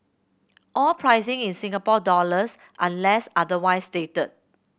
all pricing in Singapore dollars unless otherwise stated